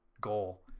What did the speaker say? goal